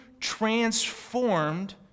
transformed